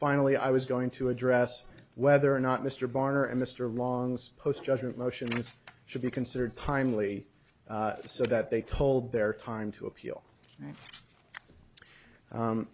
finally i was going to address whether or not mr barr and mr long's post judgment motions should be considered timely so that they told their time to appeal